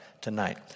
tonight